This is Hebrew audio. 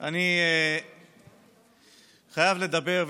אני חייב לדבר,